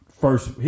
first